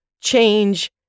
change